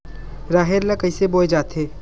राहेर ल कइसे बोय जाथे?